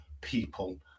people